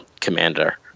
commander